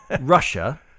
Russia